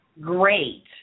Great